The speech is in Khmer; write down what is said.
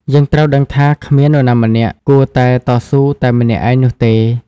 យើងត្រូវដឹងថា គ្មាននរណាម្នាក់គួរតែតស៊ូតែម្នាក់ឯងនោះទេ។